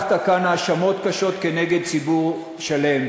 אתה הטחת כאן האשמות קשות כנגד ציבור שלם.